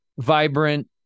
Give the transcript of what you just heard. vibrant